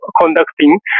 conducting